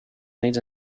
needs